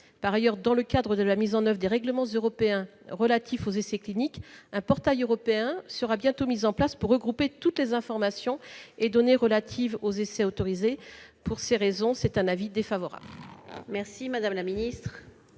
Par ailleurs, dans le cadre de la mise en oeuvre des règlements européens relatifs aux essais cliniques, un portail européen sera bientôt mis en place pour regrouper toutes les informations et données relatives aux essais autorisés. Pour ces raisons, l'avis de